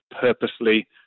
purposely